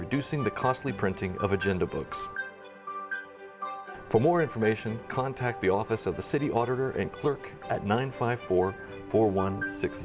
reducing the costly printing of agenda books for more information contact the office of the city auditor and clerk at nine five four four one six